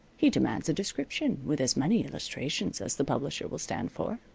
he demands a description, with as many illustrations as the publisher will stand for,